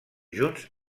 junts